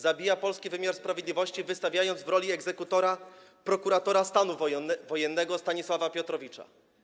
Zabija polski wymiar sprawiedliwości, wystawiając w roli egzekutora prokuratora stanu wojennego Stanisława Piotrowicza.